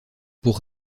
pour